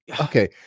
Okay